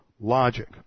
logic